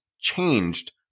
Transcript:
changed